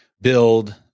build